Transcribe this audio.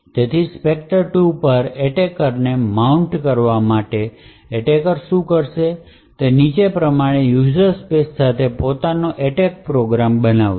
તેથી સ્પ્રેક્ટર 2 પર એટેક ને માઉન્ટ કરવા માટે એટેકર શું કરે છે તે તે નીચે પ્રમાણે યુઝર સ્પેસ સાથે પોતાનો એટેક પ્રોગ્રામ બનાવે છે